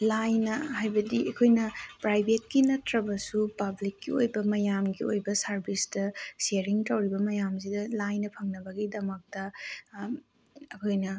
ꯂꯥꯏꯅ ꯍꯥꯏꯕꯗꯤ ꯑꯩꯈꯣꯏꯅ ꯄ꯭ꯔꯥꯏꯚꯦꯠꯀꯤ ꯅꯠꯇ꯭ꯔꯕꯁꯨ ꯄꯥꯕ꯭ꯂꯤꯛꯀꯤ ꯑꯣꯏꯕ ꯃꯌꯥꯝꯒꯤ ꯑꯣꯏꯕ ꯁꯥꯔꯚꯤꯁꯇ ꯁꯤꯌꯔꯔꯤꯡ ꯇꯧꯔꯤꯕ ꯃꯌꯥꯝꯁꯤꯗ ꯂꯥꯏꯅ ꯐꯪꯅꯕꯒꯤꯗꯃꯛꯇ ꯑꯩꯈꯣꯏꯅ